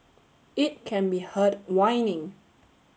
it can be heard whining